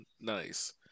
Nice